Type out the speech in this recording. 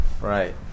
Right